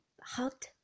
hot